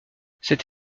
cette